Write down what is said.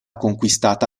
conquistata